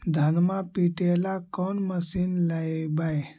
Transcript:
धनमा पिटेला कौन मशीन लैबै?